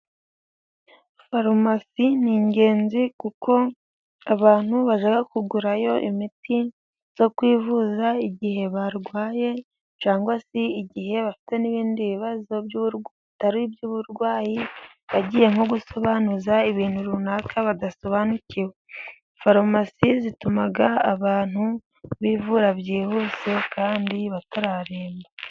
Farumasi nin ingenzi, kuko abantu bashaka kugurayo imiti yo kwivuza igihe barwaye, cyangwa se igihe bafite n'ibindi bibazo bitari uby'uburwayi, yagiye nko gusobanuza ibintu runaka badasobanukiwe, farumasi zituma abantu bivura byihuse kandi batararemba.